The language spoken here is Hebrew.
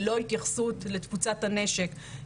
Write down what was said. ללא התייחסות לתפוצת הנשק,